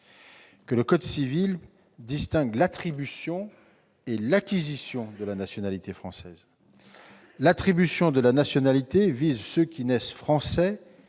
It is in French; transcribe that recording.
Le code civil distingue l'attribution et l'acquisition de la nationalité française. L'attribution de la nationalité française vise ceux qui naissent français.